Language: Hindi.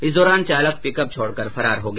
इस दौरान चालक पिकअप छोडकर फरार हो गया